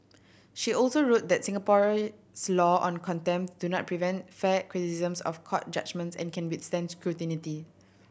she also wrote that Singapore's law on contempt do not prevent fair criticisms of court judgement and can withstand scrutiny